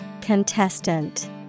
Contestant